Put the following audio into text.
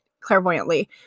clairvoyantly